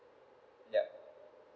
yup